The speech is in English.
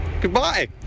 goodbye